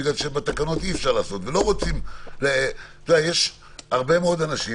יש הרבה מאוד אנשים